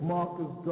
Marcus